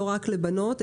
לבנות,